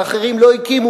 ואחרים לא הקימו.